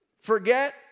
forget